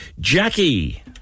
Jackie